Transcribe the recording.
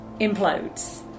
implodes